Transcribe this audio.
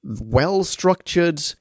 well-structured